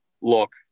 look